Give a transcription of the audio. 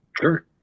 Sure